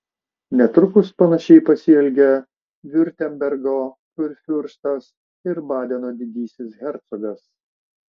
netrukus panašiai pasielgė viurtembergo kurfiurstas ir badeno didysis hercogas